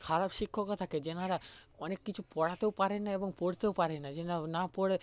খারাপ শিক্ষকও থাকে যারা অনেক কিছু পড়াতেও পারেন না এবং পড়তেও পারে না যে না না পড়ে